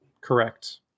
Correct